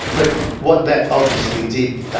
but what that obviously did,